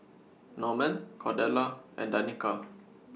Norman Cordella and Danika